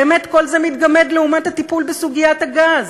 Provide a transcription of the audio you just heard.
באמת כל זה מתגמד לעומת הטיפול בסוגיית הגז.